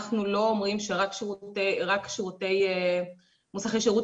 אנחנו לא אומרים שרק שירותי מוסכי שירות